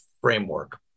Framework